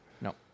No